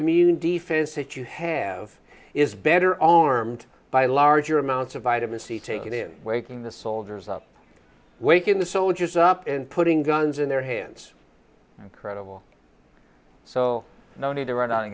immune defense that you have is better armed by larger amounts of vitamin c taking in waking the soldiers up waking the soldiers up and putting guns in their hands credible so no need to run out and